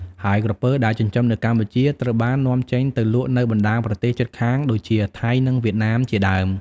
ហើយក្រពើដែលចិញ្ចឹមនៅកម្ពុជាត្រូវបាននាំចេញទៅលក់នៅបណ្តាប្រទេសជិតខាងដូចជា ថៃ និង វៀតណាមជាដើម។